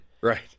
Right